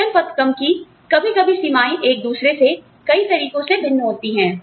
वेतन पद क्रम की कभी कभी सीमाएं एक दूसरे से कई तरीकों से भिन्न होती हैं